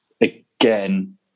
again